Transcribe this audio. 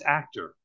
actor